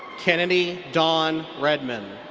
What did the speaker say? kennedy dawn redmon.